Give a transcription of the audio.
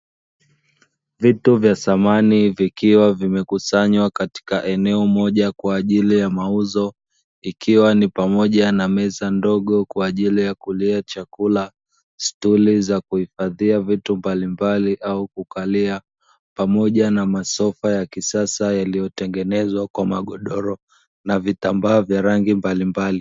Vitu vya thamani vikiwa vimekusanywa katika eneo moja kwa ajili ya mauzo, ikiwa ni pamoja na meza ndogo kwa ajili ya kulia chakula, stuli za kuhifadhia vitu mbalimbali au kukalia, pamoja na masofa ya kisasa yaliyotengenezwa kwa magodoro na vitambaa vya rangi mbalimbali.